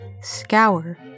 Scour